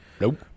nope